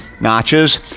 notches